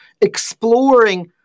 exploring